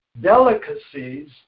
delicacies